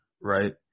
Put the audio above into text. right